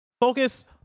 Focus